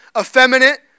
effeminate